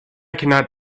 cannot